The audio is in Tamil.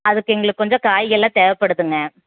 அதுக்கு எங்களுக்கு கொஞ்சம் காய்கள் எல்லாம் தேவைப்படுதுங்க